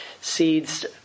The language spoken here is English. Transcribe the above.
seeds